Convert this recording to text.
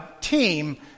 team